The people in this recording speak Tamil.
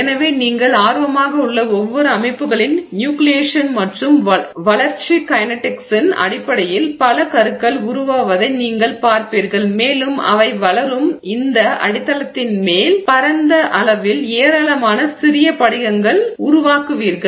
எனவே நீங்கள் ஆர்வமாக உள்ள ஒவ்வொரு அமைப்புகளின் நியூகிலியேஷன் மற்றும் வளர்ச்சி கைநடிக்ஸின் அடிப்படையில் பல கருக்கள் உருவாவதை நீங்கள் பார்ப்பீர்கள் மேலும் அவை வளரும் இந்த அடித்தளத்தின் மேல் பரந்த வீச்சு அளவில் ஏராளமான சிறிய படிகங்களை உருவாக்குவீர்கள்